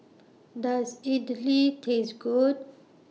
Does Idili Taste Good